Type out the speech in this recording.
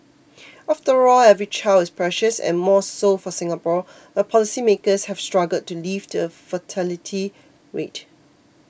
after all every child is precious and more so for Singapore where policymakers have struggled to lift the fertility rate